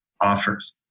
offers